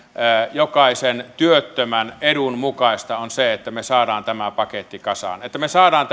jokaisen työttömän edun mukaista on se että me saamme tämän paketin kasaan että me saamme